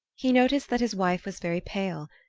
he noticed that his wife was very pale,